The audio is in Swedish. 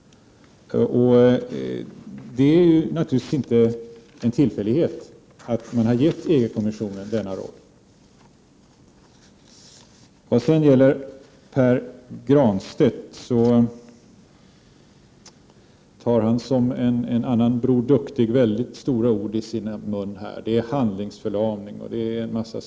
Det är naturligtvis ingen tillfällighet att EG-kommissionen har fått spela denna roll. Pär Granstedt tar som en annan Bror Duktig mycket stora ord i sin mun. Han talar om handlingsförlamning och mycket annat.